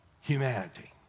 humanity